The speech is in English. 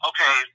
Okay